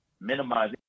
minimize